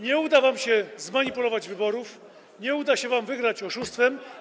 Nie uda wam się zmanipulować wyborów, nie uda wam się wygrać oszustwem.